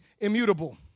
immutable